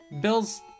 Bill's